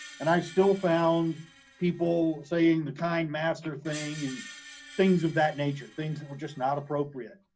and i still found people saying the kind master thing, and things of that nature, things that were just not appropriate,